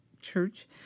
church